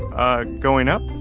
um going up?